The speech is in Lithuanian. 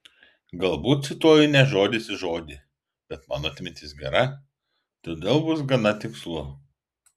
galbūt cituoju ne žodis į žodį bet mano atmintis gera todėl bus gana tikslu